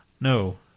No